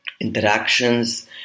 interactions